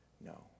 no